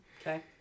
okay